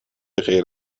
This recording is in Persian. غیر